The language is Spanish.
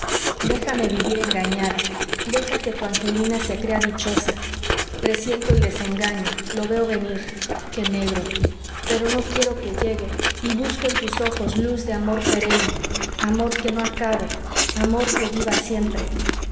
déjame vivir engañada deja que tu angelina se crea dichosa presiento el desengaño lo veo venir qué negro pero no quiero que llegue y busco en tus ojos luz de amor perenne amor que no acabe amor que viva siempre